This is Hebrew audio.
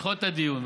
לדחות את הדיון,